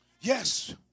yes